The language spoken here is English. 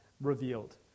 revealed